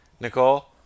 Nicole